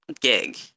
gig